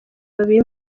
babiri